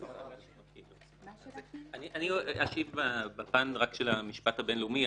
אני אשיב רק בפן של המשפט הבינלאומי,